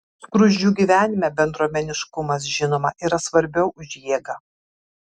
skruzdžių gyvenime bendruomeniškumas žinoma yra svarbiau už jėgą